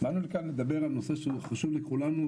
באנו כאן לדבר על נושא שהוא חשוב לכולנו,